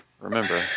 remember